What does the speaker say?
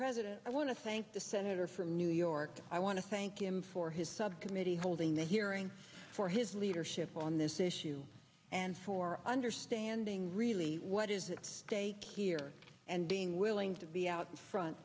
president i want to thank the senator from new york i want to thank him for his subcommittee holding the hearing for his leadership on this issue and for understanding really what is at stake here and being willing to be out front